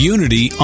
Unity